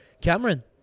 Cameron